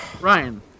Ryan